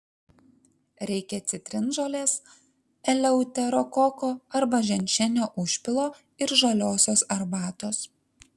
reikia citrinžolės eleuterokoko arba ženšenio užpilo ir žaliosios arbatos